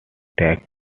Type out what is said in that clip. takes